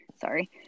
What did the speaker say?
sorry